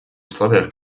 условиях